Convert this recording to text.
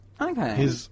Okay